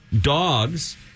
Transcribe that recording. dogs